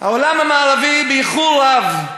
העולם המערבי, באיחור רב,